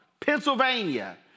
Pennsylvania